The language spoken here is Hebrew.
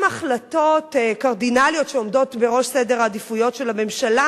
גם החלטות קרדינליות שעומדות בראש סדר העדיפויות של הממשלה,